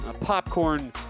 popcorn